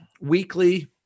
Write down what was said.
weekly